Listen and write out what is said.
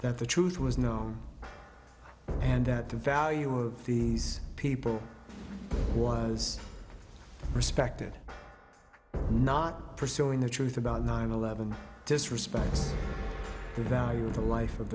that the truth was known and that the value of these people was respected not pursuing the truth about nine eleven disrespects the value of the life of